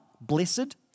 blessed